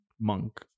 monk